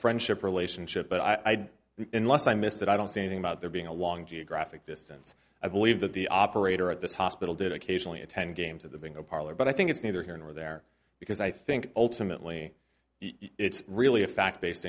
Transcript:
friendship relationship but i'd been less i missed it i don't see anything about there being a long geographic distance i believe that the operator at this hospital did occasionally attend games of the bingo parlor but i think it's neither here nor there because i think ultimately it's really a fact based